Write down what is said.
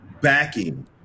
backing